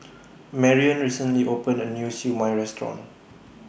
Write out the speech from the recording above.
Marion recently opened A New Siew Mai Restaurant